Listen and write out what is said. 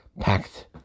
packed